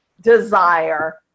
desire